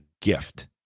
gift